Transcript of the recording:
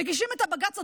הם מגישים את הבג"ץ,